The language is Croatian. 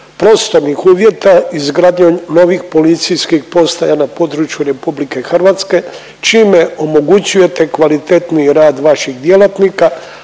prostornih uvjeta izgradnjom novih policijskih postaja na području RH čime omogućujete kvalitetniji rad vaših djelatnika